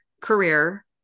career